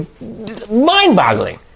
mind-boggling